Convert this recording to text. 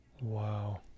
Wow